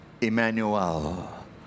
Emmanuel